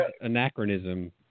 anachronism